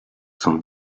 son